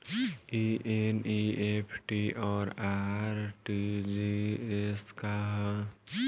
ई एन.ई.एफ.टी और आर.टी.जी.एस का ह?